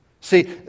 See